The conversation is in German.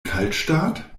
kaltstart